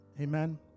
Amen